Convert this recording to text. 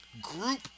group